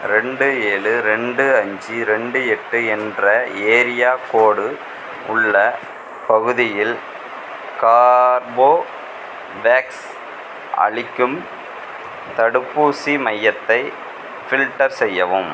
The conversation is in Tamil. ரெண்டு ஏழு ரெண்டு அஞ்சு ரெண்டு எட்டு என்ற ஏரியா கோடு உள்ள பகுதியில் கார்போவேக்ஸ் அளிக்கும் தடுப்பூசி மையத்தை ஃபில்டர் செய்யவும்